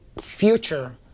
future